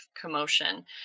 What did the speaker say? commotion